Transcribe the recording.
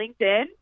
LinkedIn